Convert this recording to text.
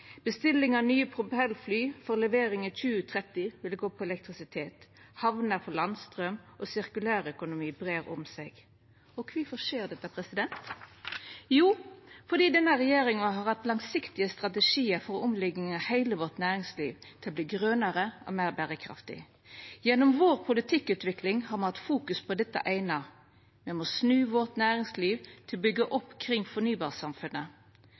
bestiller nye propellfly for levering i 2030, og dei vil gå på elektrisitet. Hamner får landstraum, og sirkulærkonomi breier om seg. Og kvifor skjer dette? Jo, fordi denne regjeringa har hatt langsiktige strategiar for omlegging av heile vårt næringsliv til å verta grønare og meir berekraftig. Gjennom vår politikkutvikling har me fokusert på dette eine – me må snu næringslivet vårt til å byggja opp kring fornybarsamfunnet.